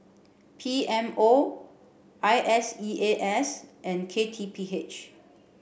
P M O I S E A S and K T P H